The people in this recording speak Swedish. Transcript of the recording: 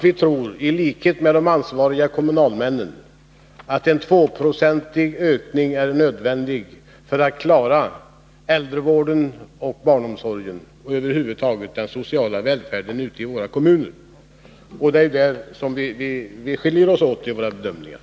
Vi tror — i likhet med de ansvariga kommunalmännen — att 2 20 ökning är nödvändig för att klara äldrevården och barnomsorgen och över huvud taget den sociala välfärden ute i våra kommuner. Det är där vi skiljer oss i våra bedömingar.